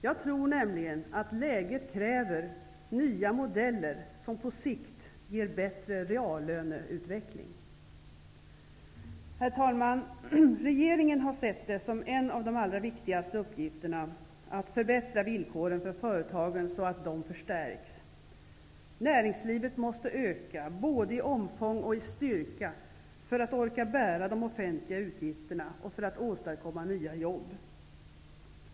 Jag tror nämligen att läget kräver nya modeller som på sikt ger en bättre reallöneutveckling. Herr talman! Regeringen har sett det som en av de allra viktigaste uppgifterna att förbättra villkoren för företagen, så att dessa förstärks. Näringslivet måste öka både i omfång och i styrka för att orka bära de offentliga utgifterna och för att kunna åstadkomma nya jobb.